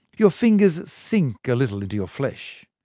your fingers sink a little into your flesh.